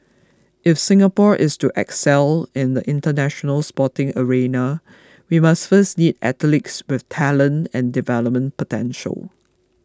if Singapore is to excel in the International Sporting arena we must first need athletes with talent and development potential